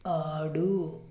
ఆడు